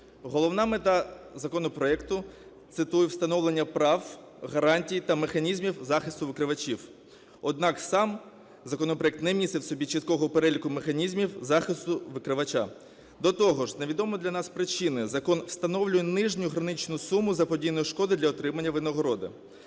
Головна мета законопроекту, цитую, "встановлення прав, гарантій та механізмів захисту викривачів". Однак сам законопроект не містить в собі чіткого переліку механізмів захисту викривача. До того ж, з невідомої для нас причини закон встановлює нижню граничну суму заподіяної шкоди для отримання винагороди.